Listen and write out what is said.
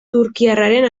turkiarraren